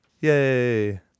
yay